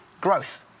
growth